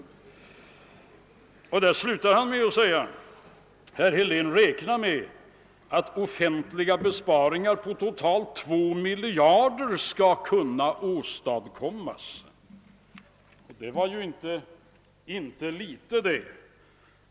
I slutet av referatet från konferensen heter det: »Herr Helén räknar med att offentliga besparingar på totalt två miljarder skall kunna åstadkommas.» Det var inte litet det!